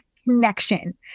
connection